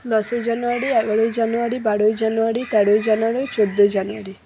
দশই জানুয়ারি এগারোই জানুয়ারি বারোই জানুয়ারি তেরোই জানুয়ারি চোদ্দই জানুয়ারি